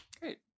Great